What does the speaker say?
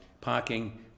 parking